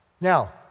Now